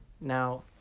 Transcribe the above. Now